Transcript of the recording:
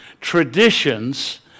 Traditions